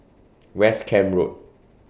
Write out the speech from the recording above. West Camp Road